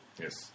Yes